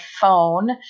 phone